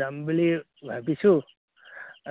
যাম বুলি ভাবিছোঁ